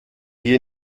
wir